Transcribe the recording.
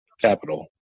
capital